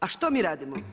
A što mi radimo?